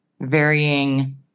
varying